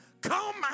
Come